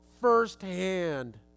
firsthand